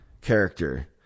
character